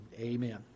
amen